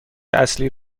اصلی